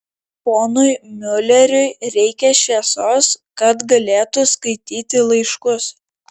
ponui miuleriui reikia šviesos kad galėtų skaityti laiškus